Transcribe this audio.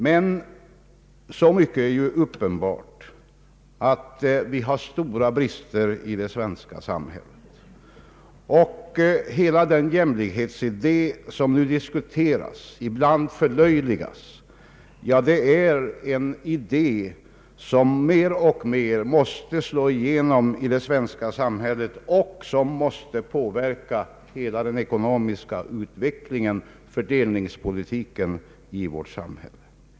Men så mycket är uppenbart att vi har stora brister i det svenska samhället, och hela den jämlikhetsidé, som nu diskuteras och ibland förlöjligas, är en idé som mer och mer måste slå igenom i det svenska samhället och som måste påverka hela den ekonomiska utvecklingen och fördelningspolitiken i vårt samhälle.